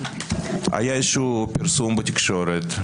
היה איזשהו פרסום בתקשורת,